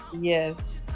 Yes